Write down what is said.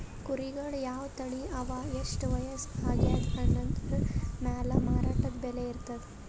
ಕುರಿಗಳ್ ಯಾವ್ ತಳಿ ಅವಾ ಎಷ್ಟ್ ವಯಸ್ಸ್ ಆಗ್ಯಾದ್ ಅನದ್ರ್ ಮ್ಯಾಲ್ ಮಾರಾಟದ್ ಬೆಲೆ ಇರ್ತದ್